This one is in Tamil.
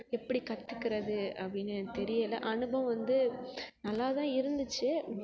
எப்படி கற்றுக்குறது அப்படின்னு எனக்கு தெரியலை அனுபவம் வந்து நல்லா தான் இருந்துச்சு